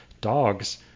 dogs